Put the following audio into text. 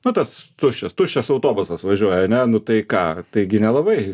nu tas tuščias tuščias autobusas važiuoja ane nu tai ką taigi nelabai